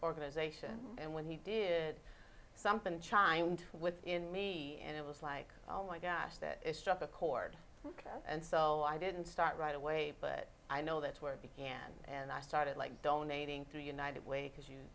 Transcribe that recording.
organization and when he did something chimed with in me and it was like oh my gosh that struck a chord and so i didn't start right away but i know that's where it began and i started like donating to united way because you